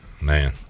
Man